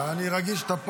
אני רגיל שאתה פה.